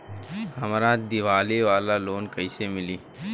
हमरा दीवाली वाला लोन कईसे मिली?